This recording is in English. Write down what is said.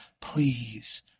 please